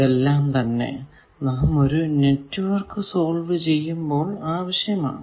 ഇതെല്ലാം തന്നെ നാം ഒരു നെറ്റ്വർക്ക് സോൾവ് ചെയ്യുമ്പോൾ ആവശ്യമാണ്